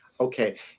Okay